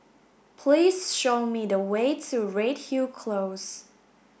please show me the way to Redhill Close